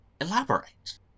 Elaborate